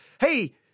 hey